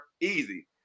easy